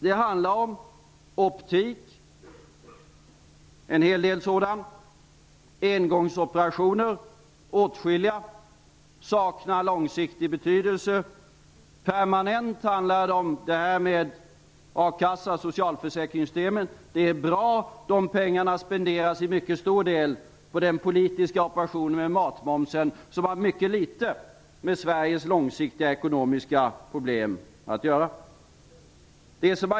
Det handlar om en hel del optik och åtskilliga engångsoperationer. Det saknar långsiktig betydelse. Permanent handlar det om a-kassa och socialförsäkringssystemet. Det är bra. De pengarna spenderas till mycket stor del på den politiska operationen med matmomsen som har mycket litet med Sveriges långsiktiga ekonomiska problem att göra.